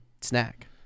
snack